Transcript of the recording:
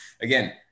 Again